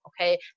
okay